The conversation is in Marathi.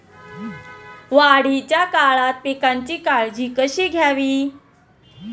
वाढीच्या काळात पिकांची काळजी कशी घ्यावी?